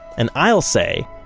and i'll say,